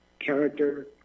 character